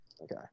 Okay